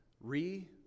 Re